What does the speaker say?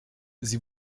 sie